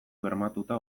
bermatuta